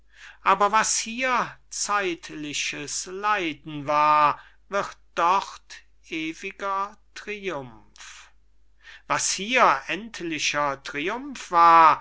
aber was hier zeitliches leiden war wird dort ewiger triumph was hier endlicher triumph war